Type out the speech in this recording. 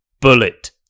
bullet